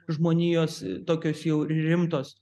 žmonijos tokios jau rimtos